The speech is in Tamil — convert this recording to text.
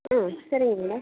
ம் சரிங்க மேடம்